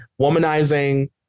Womanizing